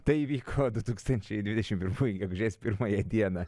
tai įvyko du tūkstančiai dvidešimt pirmųjų gegužės pirmąją dieną